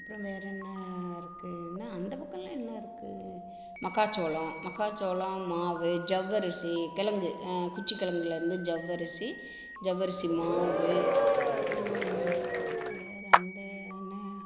அப்புறம் வேற என்ன இருக்குது என்ன அந்த பக்கலாம் என்ன இருக்குது மக்காச்சோளம் மக்காச்சோளம் மாவு ஜவ்வரிசி கிழங்கு குச்சி கிழங்குலேந்து ஜவ்வரிசி ஜவ்வரிசி மாவு வேற அந்த என்ன